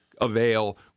avail